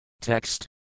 Text